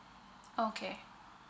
okay